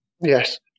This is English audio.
Yes